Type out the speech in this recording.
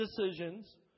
decisions